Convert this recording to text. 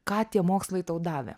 ką tie mokslai tau davė